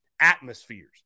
atmospheres